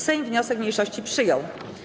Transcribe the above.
Sejm wniosek mniejszości przyjął.